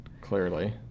Clearly